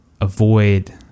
avoid